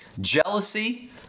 jealousy